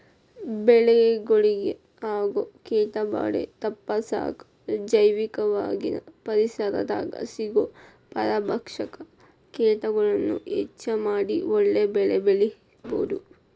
ಬೆಳೆಗಳಿಗೆ ಆಗೋ ಕೇಟಭಾದೆ ತಪ್ಪಸಾಕ ಜೈವಿಕವಾಗಿನ ಪರಿಸರದಾಗ ಸಿಗೋ ಪರಭಕ್ಷಕ ಕೇಟಗಳನ್ನ ಹೆಚ್ಚ ಮಾಡಿ ಒಳ್ಳೆ ಬೆಳೆಬೆಳಿಬೊದು